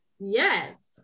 Yes